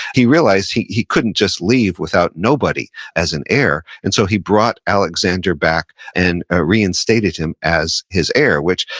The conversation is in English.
he realized he he couldn't just leave without nobody as an heir, and so, he brought alexander back and ah reinstated him as his heir. which,